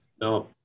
No